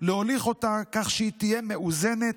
להוליך אותה כך שהיא תהיה מאוזנת,